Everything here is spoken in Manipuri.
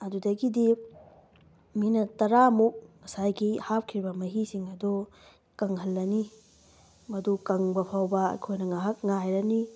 ꯑꯗꯨꯗꯒꯤꯗꯤ ꯃꯤꯅꯠ ꯇꯔꯥꯃꯨꯛ ꯉꯁꯥꯏꯒꯤ ꯍꯥꯞꯈ꯭ꯔꯤꯕ ꯃꯍꯤꯁꯤꯡ ꯑꯗꯨ ꯀꯪꯍꯜꯂꯅꯤ ꯃꯗꯨ ꯀꯪꯕ ꯐꯥꯎꯕ ꯑꯩꯈꯣꯏꯅ ꯉꯥꯏꯍꯥꯛ ꯉꯥꯏꯔꯅꯤ